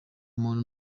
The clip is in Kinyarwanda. muntu